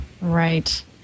Right